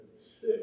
six